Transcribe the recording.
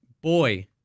boy